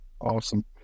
awesome